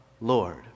Lord